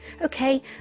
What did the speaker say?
Okay